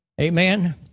Amen